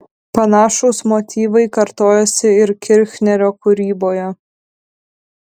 panašūs motyvai kartojosi ir kirchnerio kūryboje